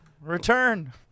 return